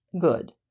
Good